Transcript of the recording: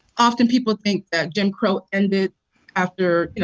often people think that jim crow ended after,